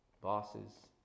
bosses